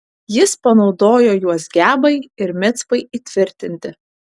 jis panaudojo juos gebai ir micpai įtvirtinti